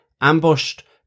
Ambushed